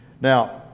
Now